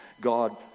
God